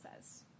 says